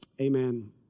amen